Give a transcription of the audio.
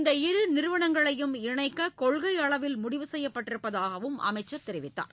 இந்த இரு நிறுவனங்களையும் இணைக்க கொள்கை அளவில் முடிவு செய்யப்பட்டிருப்பதாகவும் அவர் கூறினார்